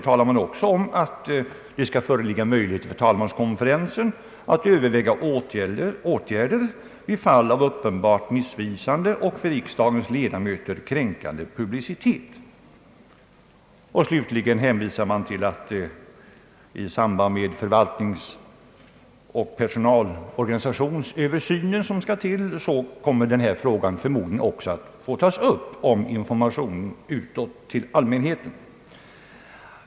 Vidare talas om att det skall föreligga möjlighet för talmanskonferensen att överväga åtgärder vid fall av uppenbart missvisande och för riksdagens ledamöter kränkande publicitet. Slutligen hänvisas till att man i samband med den översyn av riksdagens personaloch förvaltningsorganisation som skall ske förmodligen också skall ta upp frågan om information utåt till allmänheten.